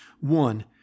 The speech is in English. One